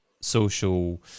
social